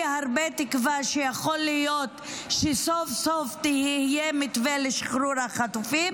הרבה תקווה שיכול להיות שסוף-סוף יהיה מתווה לשחרור החטופים,